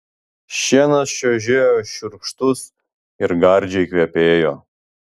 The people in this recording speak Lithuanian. šienas čiužėjo šiurkštus ir gardžiai kvepėjo